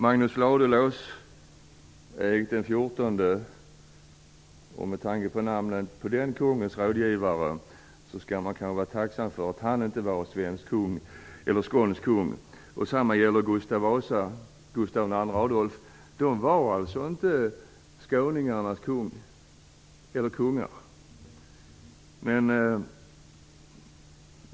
Magnus Ladulås, Erik XIV, och med tanke på namnet på den kungens rådgivare skall man kanske vara tacksam att han inte var skånsk kung, Gustav Vasa och Gustav II Adolf var alltså inte skåningarnas kungar.